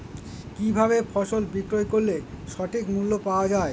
কি ভাবে ফসল বিক্রয় করলে সঠিক মূল্য পাওয়া য়ায়?